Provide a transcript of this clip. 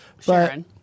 Sharon